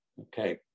okay